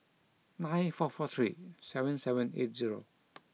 nine four four three seven seven eight zero